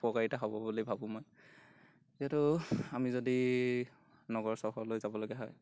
উপকাৰিতা হ'ব বুলি ভাবোঁ মই যিহেতু আমি যদি নগৰ চহৰলৈ যাবলগীয়া হয়